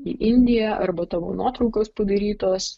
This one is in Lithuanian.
į indiją arba tavo nuotraukos padarytos